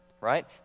Right